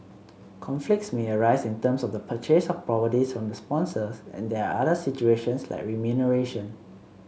conflicts may arise in terms of the purchase of properties from the sponsors and there are other situations like remuneration